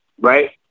right